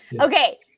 Okay